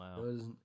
Wow